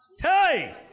Hey